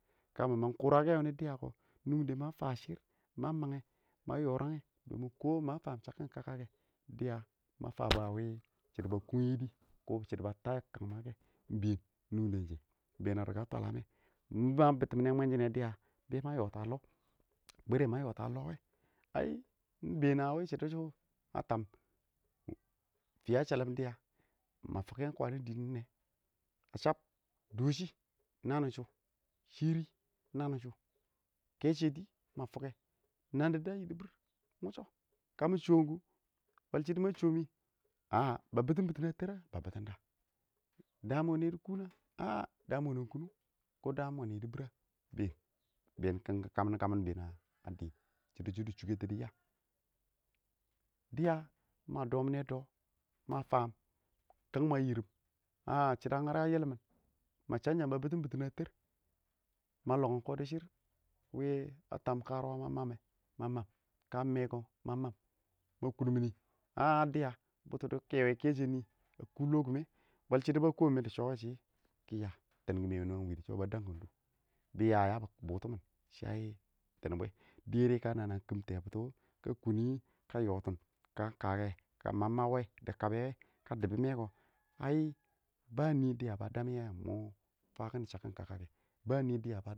kəm mang kʊrakɛ wuɪ diyakɔ nungdɛ ma fan shir ma mangɛh ma yɔrangɛ mi ma kɔ ma fam chakkim kaka dɪya ma fan bɛ a mɪ shɪdɔ kungiyi dɪ kɪ shɪdɔ ba tabɔ kangma kɛ ɪng bɛɛn nʊngdɛn shɛ bɛɛn a rika twalammɛ ɪn babitiminɛ mwɛnshinɛ dɪya be ma yɔta lɔ, ɪrɪ ma yota lɔ wɛ ah ɪng bɛɛn a wɪ shidu shʊ a tam fi a shɛlim dɪya ma fʊkɛ ɪng keanʊ dɪɪn nɛɛ a chab dɔshi nanin shʊ shiri nani shʊ kɛshɔ dɪ ma fukɛ dɪ daam yɪdɪbɪr ɪng wushɔ ka mɪ shɔm kʊ ba shɛdɔ ma shɔɔ wɪ aah babitum bitu a tɛra ah ba titun da? ɪng daam wɔnɛ yiɪdɪkʊn a aah daan wɔnɛn kʊnʊng ka daam wanɛ yidibirra?bɛɛn, bɛɛn kamin kamin bɛɛn a dim shɪdɔ shɔ dɪ shukɛtɔ dɪ ya dɪya ma dɔminɛ dɔ ma fam kangma a yirim aah shidɔ ngarɛ a yilimin ma chambcham ba bitum bitin a tɛr ma lɔng kɔdɔshur wɪ a tam kərʊwə ma mam kəm mɛɛ ka ma mam ma kʊn mini aah dɪya butɔ dɪ kɛwɛ kɛshɛ nɪ keshe nɪ kʊ lɔ kɪmɛ bwel shɪdɔ ba kʊn dɪ shʊ wɛ shɪ kɪ ya tɛɛn kimɛ ɪng wɪ dɪ shɔ naba damkin kɪ mɪ dʊ, ya yabɪ bu timin shɪ ai tɛɛn bwɛ dɛrɪ nana kɪm tɛɛbutuwɔ kə kunwi kə yɔtishmin kan kaka kama mab wa akabɛ kə dubimɛ kɔ aɪ ba nɪ diya ba damyɛ fakin chakkin kakakɛ.